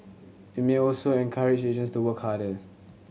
it may also encourage agents to work harder